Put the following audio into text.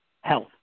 health